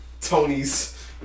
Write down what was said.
Tony's